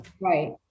Right